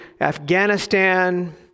Afghanistan